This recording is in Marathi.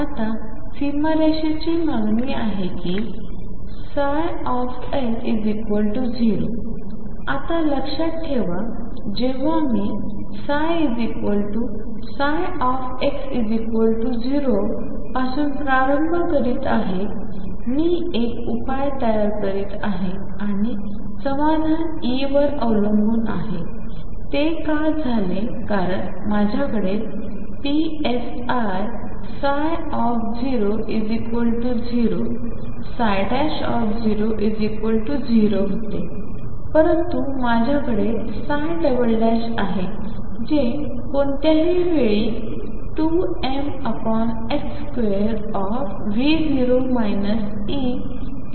आता सीमारेषेची मागणी आहे की L0 आता लक्षात ठेवा जेव्हा मी ψψx0 पासून प्रारंभ करत आहे मी एक उपाय तयार करीत आहे आणि समाधान E वर अवलंबून आहे ते का झाले कारण माझ्याकडे psi ψ00 00 होते परंतु माझ्याकडे आहे जे कोणत्याही वेळी 2m2V0 E म्हणून दिले जाते